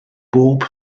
bob